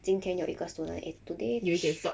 今天有一个 student eh today